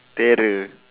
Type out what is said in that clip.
terror